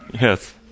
Yes